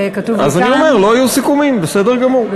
אני לא יודע, אז לא יהיו סיכומים בין הקואליציה